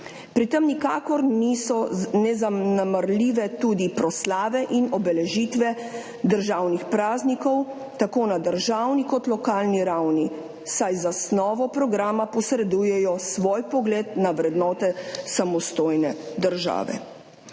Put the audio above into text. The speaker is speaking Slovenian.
Pri tem nikakor niso zanemarljive tudi proslave in obeležitve državnih praznikov tako na državni kot na lokalni ravni, saj z zasnovo programa posredujejo svoj pogled na vrednote samostojne države.